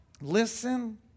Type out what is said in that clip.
listen